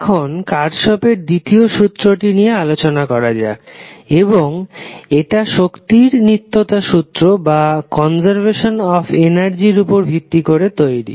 এখন কার্শফের দ্বিতীয় সূত্রটি নিয়ে আলোচনা করা যাক এবং এটা শক্তির নিত্যতা সূত্রের উপর ভিত্তি করে তৈরি